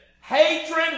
Hatred